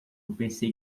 pensei